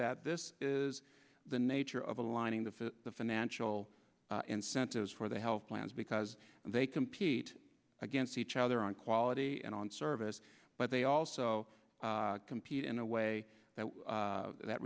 that this is the nature of aligning the financial incentives for the health plans because they compete against each other on quality and on service but they also compete in a way that